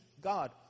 God